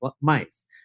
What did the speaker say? mice